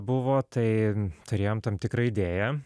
buvo tai turėjom tam tikrą idėją